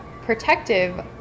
protective